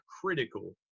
critical